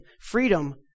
Freedom